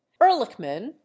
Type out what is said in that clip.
Ehrlichman